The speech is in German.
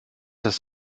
das